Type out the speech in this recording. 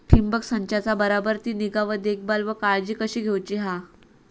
ठिबक संचाचा बराबर ती निगा व देखभाल व काळजी कशी घेऊची हा?